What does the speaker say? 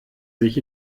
sich